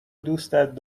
دوستت